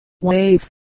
wave